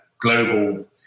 global